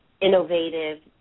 innovative